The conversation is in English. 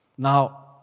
Now